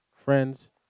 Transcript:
Friends